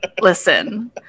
listen